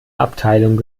abteilung